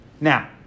Now